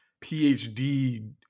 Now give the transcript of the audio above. PhD